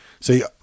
see